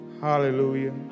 hallelujah